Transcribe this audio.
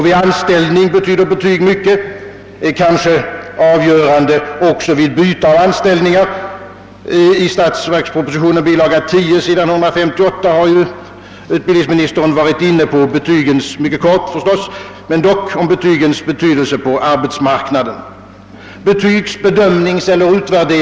Vid anställning betyder betyg mycket, och de är kanske avgörande också vid byte av anställning. I statsverkspropositionen bil. 10 s. 158 har ju utbildningsministern, låt vara mycket kortfattat, varit inne på betygens betydelse på arbetsmarknaden.